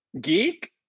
Geek